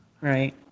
Right